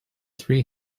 three